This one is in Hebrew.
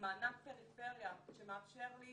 מענק פריפריה שמאפשר לי